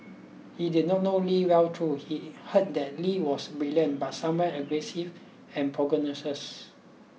he did not know Lee well though he heard that Lee was brilliant but somewhere aggressive and pugnacious